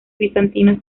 bizantinos